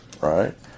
right